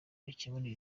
bakemure